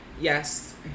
Yes